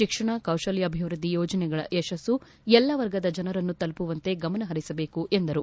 ಶಿಕ್ಷಣ ಕೌಶಲ್ಯಾಭಿವೃದ್ಧಿ ಯೋಜನೆಗಳ ಯಶಸ್ಸು ಎಲ್ಲಾ ವರ್ಗದ ಜನರನ್ನು ತಲುಪುವಂತೆ ಗಮನಹರಿಸಬೇಕು ಎಂದರು